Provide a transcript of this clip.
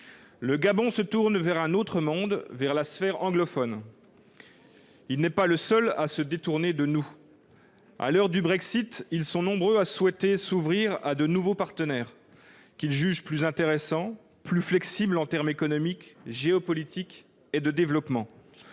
Le Gabon se tourne vers un autre monde, à savoir la sphère anglophone. Il n'est pas le seul à se détourner de nous. À l'heure du Brexit, ils sont nombreux à souhaiter s'ouvrir à de nouveaux partenaires, qu'ils jugent plus intéressants et plus flexibles en matière économique, géopolitique et de développement